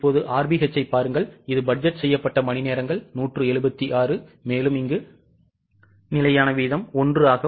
இப்போது RBH ஐப் பாருங்கள் இது பட்ஜெட் செய்யப்பட்ட மணிநேரங்கள் 176 நிலையான வீதம் 1